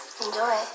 Enjoy